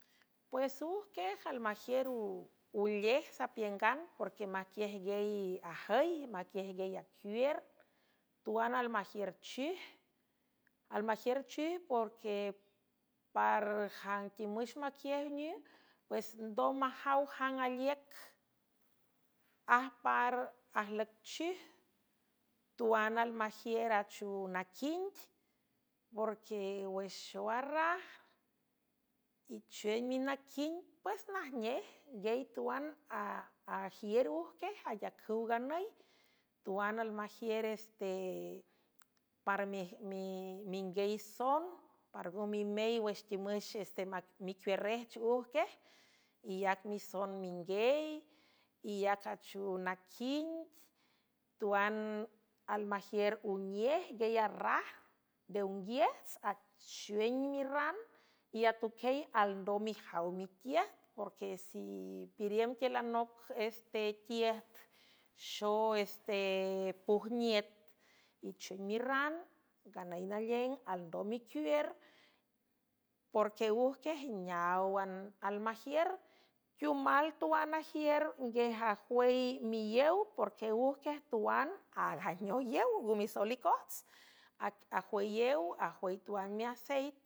Pues ujque almajiür ulej sapiüngan porque maquiej guiey ajüi maquiej guiey acuier tuan almajiür chij porque parjangtimüx maquiej nü pues ndom majaw jang aliüc ajpar ajlücchij tuan almajiür achu naquing porque wexxow arraj ichueng minaquing pues najnej nguiey tuan ajiür ujque ayacüw nganüy tuan almajier pr minguiey son par ngo mimey wex timüx este micuiürrejch ujque iac mison minguiey iac achu naquing tuan almajiür unej guieyarraj deunguiejts achwen mirran y atuquiey alndom mijaw mitied porque sipiriüm tuieülanoc este tied xow este pujniet ichueng mirran nganüy nalieng alndom micuier porque ujque neáwan almajiür quiumal tuan ajiür nguejajwüy miíew porque ujque tuan aagajneow yew ngo misol icots ajwülew ajwüy tuan miaceit.